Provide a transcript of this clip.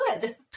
good